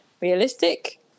realistic